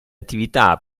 attività